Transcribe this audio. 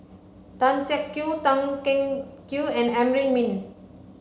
Tan Siak Kew Tan Teng Kee and Amrin Amin